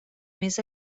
més